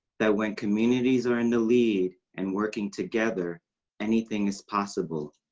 that when communities are in the lead and working together anything is possible.